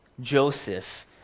Joseph